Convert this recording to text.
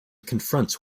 confronts